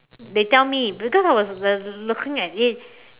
they tell me because I was uh looking at it